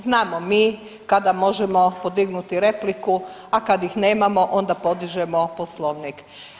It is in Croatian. Znamo mi kada možemo podignuti repliku, a kad ih nemamo onda podižemo Poslovnik.